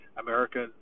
American